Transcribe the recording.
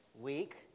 week